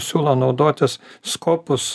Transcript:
siūlo naudotis skopus